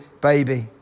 baby